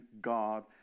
god